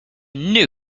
knew